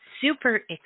super